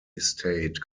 estate